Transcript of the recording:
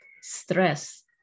stress